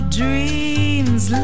dreams